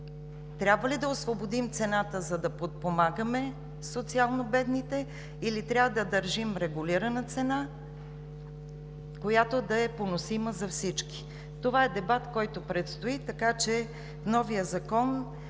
трябва ли да освободим цената, за да подпомагаме социално бедните, или трябва да държим регулирана цена, която да е поносима за всички? Това е дебат, който предстои, така че в новия закон